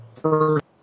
first